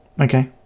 Okay